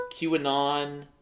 QAnon